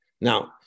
Now